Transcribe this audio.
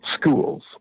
schools